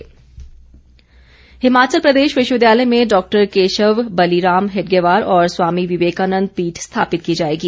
विश्वविद्यालय हिमाचल प्रदेश विश्वविद्यालय में डॉक्टर केशव बलीराम हेडगेबार और स्वामी विवेकानन्द पीठ स्थापित की जाएगी